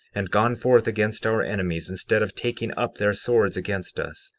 and gone forth against our enemies, instead of taking up their swords against us,